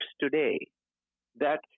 today—that